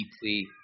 deeply